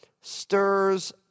stirs